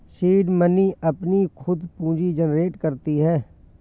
seed money अपनी खुद पूंजी जनरेट करती है